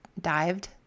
dived